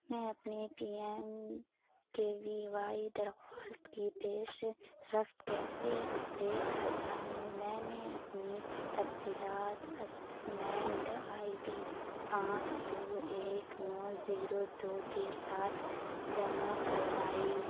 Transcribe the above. میں اپنے P M K V Y درخواست کی پیش رف کیسے دیکھ سکتا ہوں میں نے اپنی تفصیلات اسسمنٹ آئی ڈی پانچ دو ایک نو زیرو دو کے ساتھ جمع کروائی